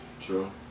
True